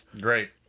Great